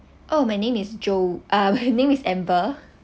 oh my name is joe uh my name is amber